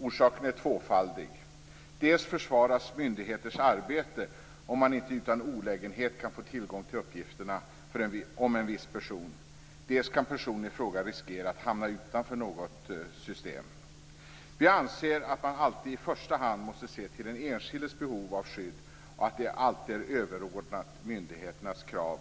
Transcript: Orsaken är tvåfaldig: Dels försvåras myndigheters arbete om man inte utan olägenhet kan få tillgång till uppgifterna om en viss person, dels kan personen i fråga riskera att hamna utanför något system. Vi anser att man alltid i första hand måste se till den enskildes behov av skydd och se till att detta alltid är överordnat myndigheternas krav